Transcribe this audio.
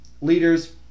leaders